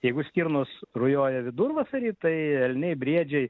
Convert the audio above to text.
jeigu stirnos rujoja vidurvasarį tai elniai briedžiai